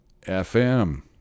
FM